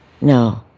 No